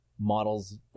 models